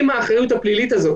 אם האחריות הפלילית הזאת